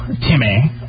Timmy